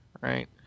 right